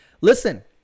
Listen